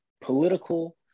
political